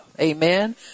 Amen